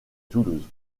toulouse